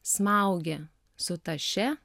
smaugė su taše